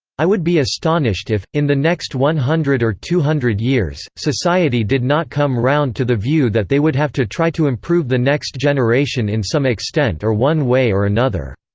i would be astonished if, in the next one hundred or two hundred years, society did not come round to the view that they would have to try to improve the next generation in some extent or one way or another.